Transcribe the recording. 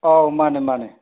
ꯑꯥꯎ ꯃꯥꯅꯦ ꯃꯥꯅꯦ